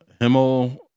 Himmel